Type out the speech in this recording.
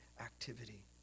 activity